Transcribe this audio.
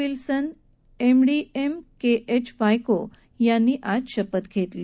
Wilson M D M K चे वायको यांनी शपथ घेतली